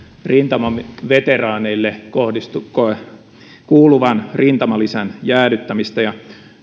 rintamaveteraaneille kuuluvan rintamalisän jäädyttämistä ja